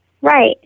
Right